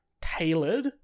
tailored